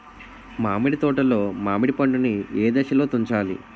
మామిడి తోటలో మామిడి పండు నీ ఏదశలో తుంచాలి?